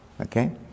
okay